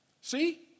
See